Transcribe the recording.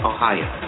Ohio